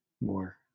more